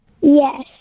Yes